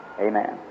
Amen